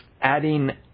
adding